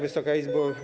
Wysoka Izbo!